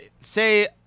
say